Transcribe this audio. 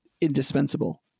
indispensable